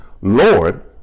Lord